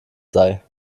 sei